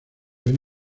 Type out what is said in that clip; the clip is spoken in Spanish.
ven